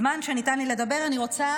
ורק המחשבה על מה שהם עוברים, עוברות,